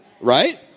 right